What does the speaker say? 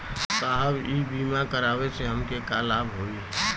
साहब इ बीमा करावे से हमके का लाभ होई?